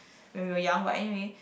when we were young but anyway